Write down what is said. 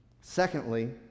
Secondly